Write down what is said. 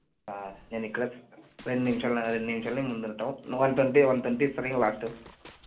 నేను ఇక్కడే రెండు నిమిషాలన్న రెండు నిమిషాలు నీ ముందర ఉంటా వన్ ట్వంటీ వన్ ట్వంటీ ఇస్తారు ఇంక లాస్ట్